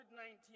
19